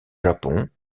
japon